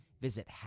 Visit